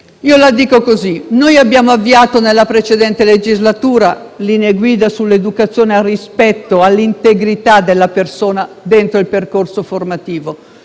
nel modo seguente: abbiamo avviato nella precedente legislatura linee guida sull'educazione al rispetto dell'integrità della persona all'interno del percorso formativo.